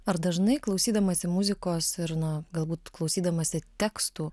ar dažnai klausydamasi muzikos ir na galbūt klausydamasi tekstų